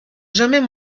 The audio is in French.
jamais